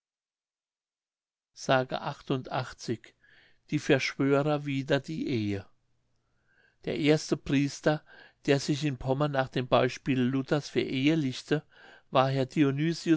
s die verschwörer wider die ehe der erste priester der sich in pommern nach dem beispiele luthers verehelichte war herr